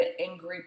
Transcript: angry